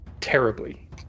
Terribly